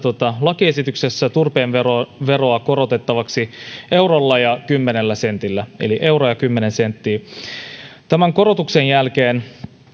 lakiesityksessä turpeen veroa korotettavaksi eurolla ja kymmenellä sentillä eurolla ja kymmenellä sentillä tämän korotuksen